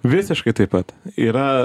visiškai taip pat yra